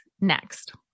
next